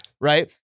right